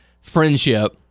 friendship